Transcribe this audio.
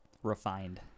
Refined